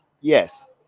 Yes